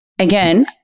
Again